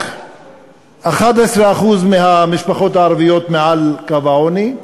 רק 11% מהמשפחות הערביות מעל קו העוני,